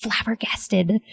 flabbergasted